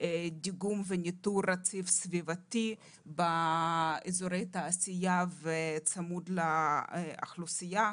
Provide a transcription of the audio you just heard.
דיגום וניטור רציף סביבתי באזורי תעשייה וצמוד לאוכלוסייה,